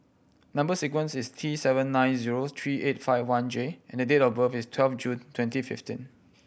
number sequence is T seven nine zero three eight five one J and the date of birth is twelve June twenty fifteen